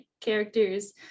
characters